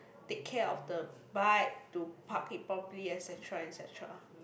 to take care of the bike to park it probably et cetera et cetera